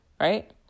Right